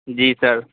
جی سر